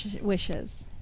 Wishes